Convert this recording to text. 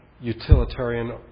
utilitarian